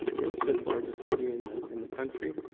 we're the fifth largest city in the in the country,